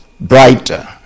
Brighter